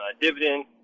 dividend